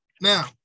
Now